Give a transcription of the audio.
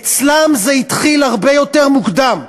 אצלם זה התחיל הרבה יותר מוקדם.